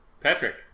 Patrick